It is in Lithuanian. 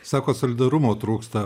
sakot solidarumo trūksta